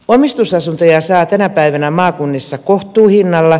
omistusasuntoja saa tänä päivänä maakunnissa kohtuuhinnalla